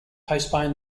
postpone